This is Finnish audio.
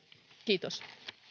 kiitos